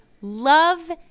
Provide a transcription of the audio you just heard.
love